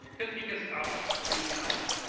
because because ah let me be honest,